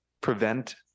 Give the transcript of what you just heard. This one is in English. prevent